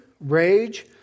rage